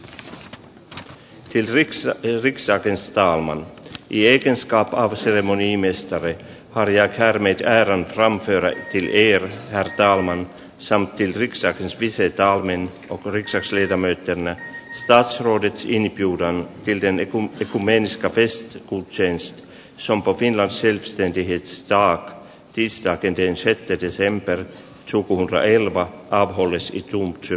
jos kirjassaan liksaakin sataman viides kaukaa seremoniamestari harjat harmit ja hamster neljä dalman zalgiriksessa viisi raunin topparikseen sydämeytenä sitä ruoditshinikiuntaan siltänicum cummings käpris kun sen s sampo finanssin sten tykit staattisrakenteen sytytys rembert luku on reilut alkoholistit run psr